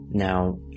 Now